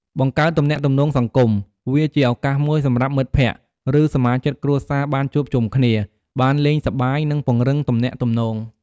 បង្កើតទំនាក់ទំនងសង្គម វាជាឱកាសមួយសម្រាប់មិត្តភក្តិ ឬសមាជិកគ្រួសារបានជួបជុំគ្នា បានលេងសប្បាយ និងពង្រឹងទំនាក់ទំនង។